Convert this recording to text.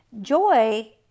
joy